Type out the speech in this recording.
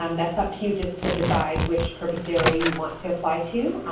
um that's up to you to to decide which purpose area you want to apply to,